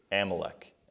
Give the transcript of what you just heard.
Amalek